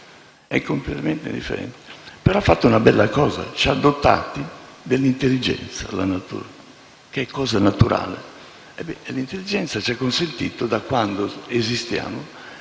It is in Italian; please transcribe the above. è completamente indifferente, però ha fatto una bella cosa: ci ha dotati dell'intelligenza, che è una cosa naturale. L'intelligenza ci ha consentito da quando esistiamo